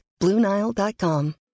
BlueNile.com